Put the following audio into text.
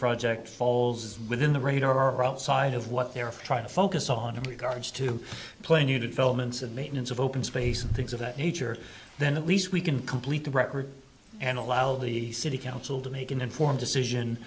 project falls within the radar outside of what they're trying to focus on of regards to play new developments of maintenance of open space and things of that nature then at least we can complete the record and allow the city council to make an informed decision